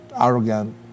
arrogant